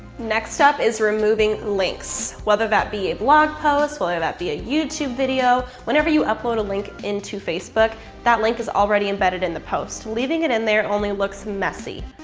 next up is removing links. whether that be a blog post, whether that be a youtube video. whenever you upload a link into facebook that link is already embedded in the post, leaving it in there only looks messy.